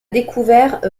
découvert